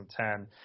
2010